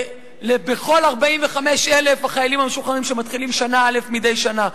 בכל 45,000 החיילים המשוחררים שמתחילים שנה א' מדי שנה.